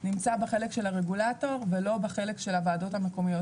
נמצא בחלק של הרגולטור ולא בחלק של הוועדות המקומיות.